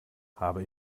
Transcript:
habe